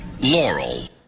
Laurel